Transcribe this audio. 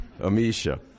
Amisha